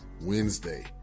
Wednesday